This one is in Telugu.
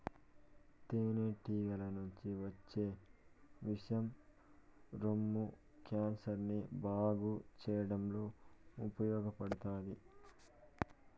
తేనె టీగల నుంచి వచ్చే విషం రొమ్ము క్యాన్సర్ ని బాగు చేయడంలో ఉపయోగపడతాది